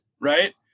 right